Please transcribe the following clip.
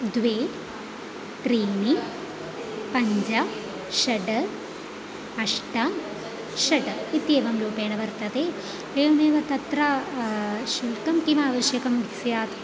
द्वे त्रीणि पञ्च षट् अष्ट षट् इत्येवं रूपेण वर्तते एवमेव तत्र शुल्कं किम् आवश्यकं स्यात्